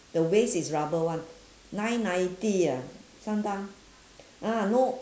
the waist is rubber [one] nine ninety ah sometime ah no